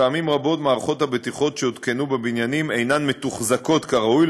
פעמים רבות מערכות הבטיחות שהותקנו בבניינים אינן מתוחזקות כראוי,